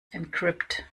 encrypt